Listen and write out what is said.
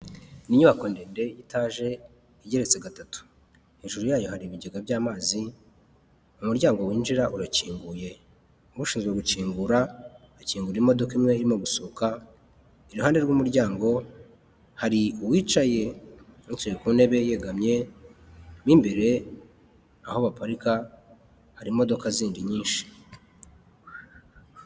Inyubako ndende y'itaje igereretse gatatu. Hejuru yayo hari ibigega by'amazi. Umuryango winjira urakinguye, ushinzwe gukingura akingurira imodoka imwe irimo gusohoka. Iruhande rw'umuryango hari uwicaye, uwicaye ku ntebe yegamye, mu imbere aho baparika hari imodoka zindi nyinshi.